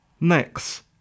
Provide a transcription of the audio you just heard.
Next